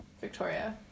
Victoria